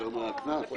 יותר מן הקנס.